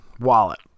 wallet